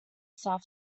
south